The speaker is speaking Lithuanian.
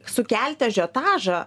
sukelti ažiotažą